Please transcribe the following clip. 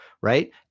right